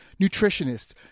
nutritionists